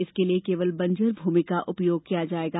इसके लिए केवल बंजर भूमि का उपयोग किया जायेगा